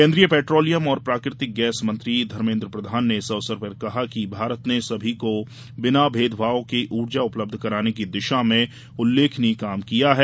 केन्द्रीय पैट्रोलियम और प्राकृतिक गैस मंत्री धर्मेन्द्र प्रधान ने इस अवसर पर कहा कि भारत ने सभी को बिना भेदभाव के ऊर्जा उपलब्ध कराने की दिशा में उल्लेखनीय काम किया है